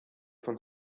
von